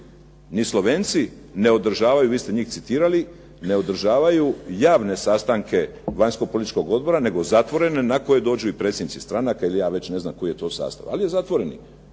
Ni Slovenci ne održavaju, vi ste njih citirali, ne održavaju javne sastanke Vanjsko-političkog odbora, nego zatvorene, na koje dođu i predsjednici stranaka ili ja već ne znam koji je to sastav. Ali je zatvoreni.